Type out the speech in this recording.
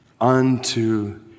Unto